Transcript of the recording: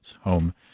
home